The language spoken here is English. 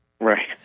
Right